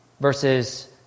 versus